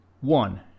One